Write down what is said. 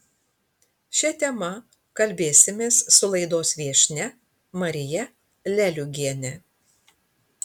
šia tema kalbėsimės su laidos viešnia marija leliugiene